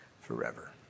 forever